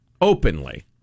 openly